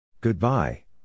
goodbye